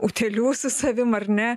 utėlių su savim ar ne